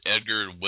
Edgar